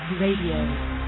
Radio